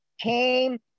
came